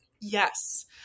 yes